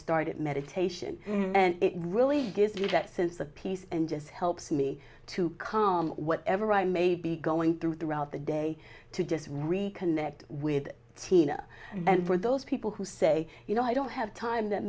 started meditation and it really gives me that sense of peace and just helps me to calm whatever i may be going through throughout the day to just reconnect with tina and for those people who say you know i don't have time that